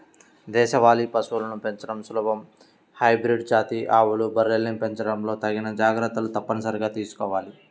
దేశవాళీ పశువులను పెంచడం సులభం, హైబ్రిడ్ జాతి ఆవులు, బర్రెల్ని పెంచడంలో తగిన జాగర్తలు తప్పనిసరిగా తీసుకోవాల